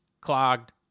clogged